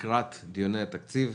לקראת דיוני התקציב.